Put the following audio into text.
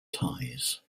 ties